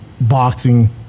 boxing